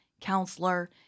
counselor